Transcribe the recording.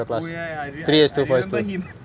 oh ya ya